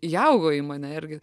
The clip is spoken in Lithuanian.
įaugo į mane irgi